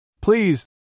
Please